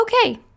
okay